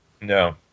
No